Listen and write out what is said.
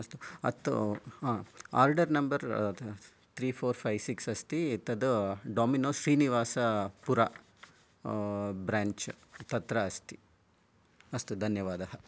अस्तु अतः order number three four five six अस्ति तद् डोमिनोज़् श्रीनीवासपुरा ब्राञ्च् तत्र अस्ति अस्तु धन्यवादः